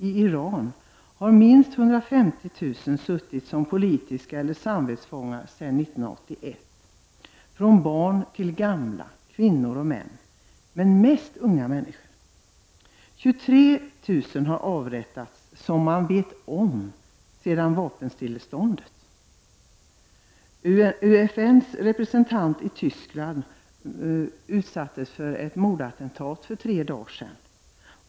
I Iran har minst 150 000 människor — från barn till gamla, kvinnor och män, men mest unga människor — suttit som politiska eller samvetsfångar sedan 1981. 23 000, som man vet om, har avrättats sedan vapenstilleståndet. UFNS representant i Västtyskland utsattes för ett mordattentat för tre dagar sedan.